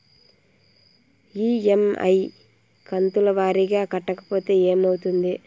EMI కంతుల వారీగా కట్టకపోతే ఏమవుతుంది?